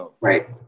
Right